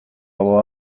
hau